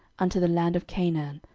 unto the land of canaan,